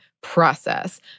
process